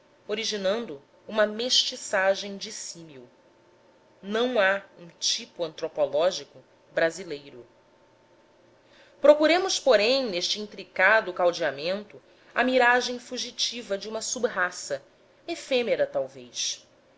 originando uma mestiçagem dissímil não há um tipo antropológico brasileiro a formação brasileira no norte procuremos porém neste intricado caldeamento a miragem fugitiva de uma sub raça efêmera talvez